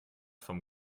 vom